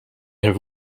have